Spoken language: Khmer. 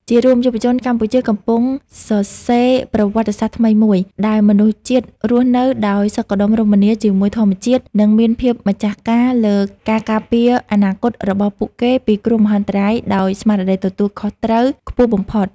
ជារួម យុវជនកម្ពុជាកំពុងសរសេរប្រវត្តិសាស្ត្រថ្មីមួយ ដែលមនុស្សជាតិរស់នៅដោយសុខដុមរមនាជាមួយធម្មជាតិ និងមានភាពម្ចាស់ការលើការការពារអនាគតរបស់ពួកគេពីគ្រោះមហន្តរាយដោយស្មារតីទទួលខុសត្រូវខ្ពស់បំផុត។